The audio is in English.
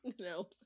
no